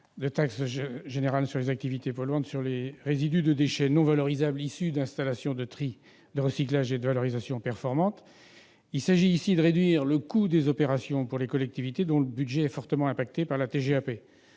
instaurer un abattement de 50 % de TGAP sur les résidus de déchets non valorisables issus d'installations de tri, de recyclage et de valorisation performantes. Il s'agit de réduire le coût des opérations pour les collectivités dont le budget est fortement affecté par la TGAP.